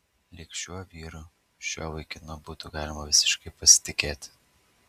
lyg šiuo vyru šiuo vaikinu būtų galima visiškai pasitikėti